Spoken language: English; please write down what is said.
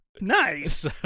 Nice